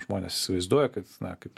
žmonės įsivaizduoja kad na kaip